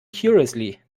curiously